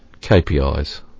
KPIs